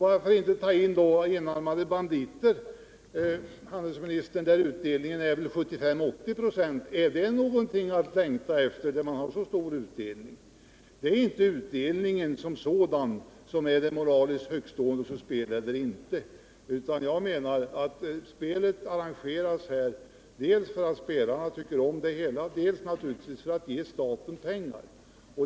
Varför inte då ta itu med de enarmade banditerna, där utdelningen är 75 till 80 ?6? Är det någonting att längta efter att ha så stor utdelning? Det är inte utdelningen som sådan som avgör om ett spel är moraliskt högtstående eller inte. Spelet arrangeras dels därför att spelarna tycker om det, dels för att ge staten pengar.